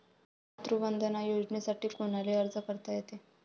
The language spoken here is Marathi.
मातृवंदना योजनेसाठी कोनाले अर्ज करता येते?